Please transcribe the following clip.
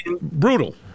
brutal